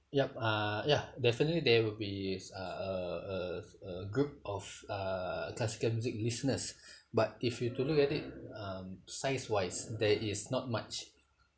yup uh ya definitely there would be s~ a a a group of uh classical music listeners but if you don't look at it um size wise there is not much